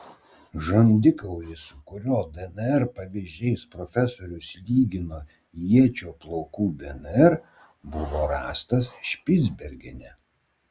žandikaulis su kurio dnr pavyzdžiais profesorius lygino ječio plaukų dnr buvo rastas špicbergene